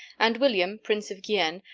and william, prince of guienne,